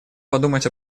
подумать